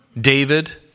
David